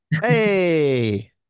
hey